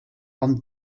ond